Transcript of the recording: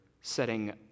setting